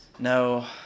No